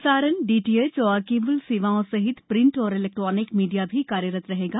प्रसारण डीडीएच और केबल सेवाओं सहित प्रिंट और इलैंक्ट्रोनिक मीडिया भी कार्य करता रहेगा